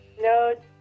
No